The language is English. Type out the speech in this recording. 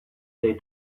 they